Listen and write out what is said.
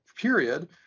period